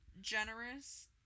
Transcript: generous